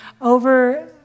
over